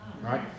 right